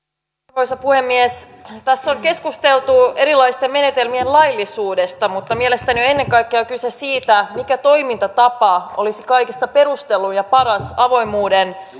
arvoisa puhemies tässä on keskusteltu erilaisten menetelmien laillisuudesta mutta mielestäni on ennen kaikkea kyse siitä mikä toimintatapa olisi kaikista perustelluin ja paras avoimuuden